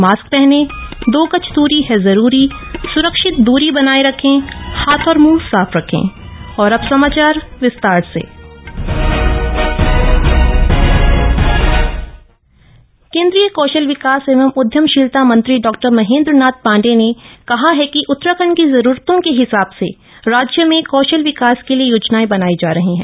mask पहनें दो गज दूरी है जरूरी स्रक्षित दूरी बनाये रखें हाथ और मुंह साफ रखें स्किल इंडिया पैवेलियन केंद्रीय कौशल विकाप्त एवं उदयमशीलत मंत्री डॉ महेन्द्र नाथ पाण्डेय ने कह है कि उतराखंड की जरूरतों के हिसाब्र से राज्य में कोशल विकास के लिए योजनाएं बनाई जा रही है